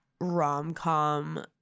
rom-com